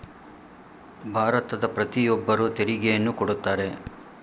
ಭಾರತದ ಪ್ರತಿಯೊಬ್ಬರು ತೆರಿಗೆಯನ್ನು ಕೊಡುತ್ತಾರೆ